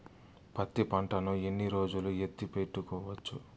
పత్తి పంటను ఎన్ని రోజులు ఎత్తి పెట్టుకోవచ్చు?